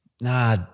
Nah